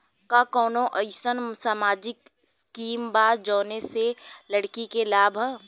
का कौनौ अईसन सामाजिक स्किम बा जौने से लड़की के लाभ हो?